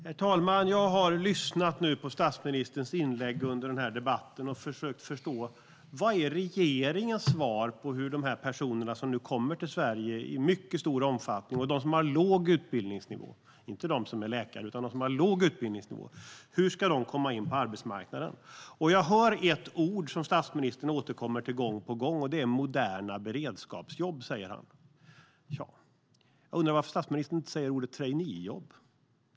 Herr talman! Jag har lyssnat på statsministerns inlägg under den här debatten och försökt förstå vad som är regeringens svar på hur de här personerna som nu kommer till Sverige i mycket stor omfattning och har låg utbildningsnivå, alltså inte de som är läkare, ska komma in på arbetsmarknaden. Jag hör ett begrepp som statsministern återkommer till gång på gång, och det är moderna beredskapsjobb. Jag undrar varför statsministern inte säger traineejobb.